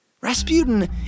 Rasputin